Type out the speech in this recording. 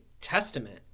testament